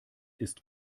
ist